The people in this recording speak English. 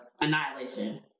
annihilation